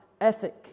ethic